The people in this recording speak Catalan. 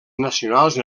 nacionals